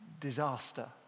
Disaster